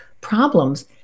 problems